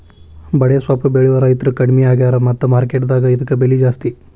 ಬಡೆಸ್ವಪ್ಪು ಬೆಳೆಯುವ ರೈತ್ರು ಕಡ್ಮಿ ಆಗ್ಯಾರ ಮತ್ತ ಮಾರ್ಕೆಟ್ ದಾಗ ಇದ್ಕ ಬೆಲೆ ಜಾಸ್ತಿ